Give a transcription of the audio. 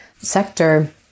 sector